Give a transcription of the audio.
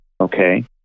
okay